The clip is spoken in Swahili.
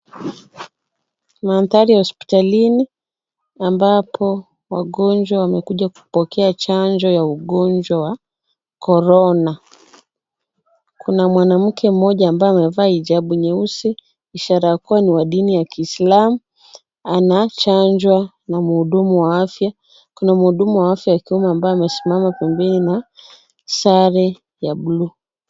Mandhari ya hospitalini ambapo wagonjwa wamekuja kupokea chanjo ya ugonjwa wa korona. Kuna mwanamke mmoja ambaye amevaa hijabu nyeusi ishara ya kuwa ni wa dini ya Kiislamu anachanjwa na mhudumu wa afya. Kuna mhudumu wa afya wa kiume ambaye amesimama pembeni na sare ya bluu.